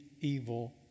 evil